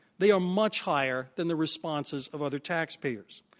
they are much higher than the responses of other tax payers.